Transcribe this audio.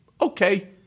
Okay